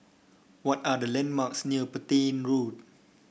what are the landmarks near Petain Road